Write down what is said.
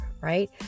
right